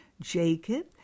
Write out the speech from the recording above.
Jacob